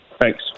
Thanks